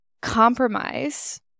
compromise